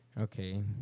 Okay